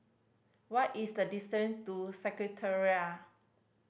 what is the distance to Secretariat